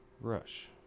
Rush